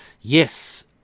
Yes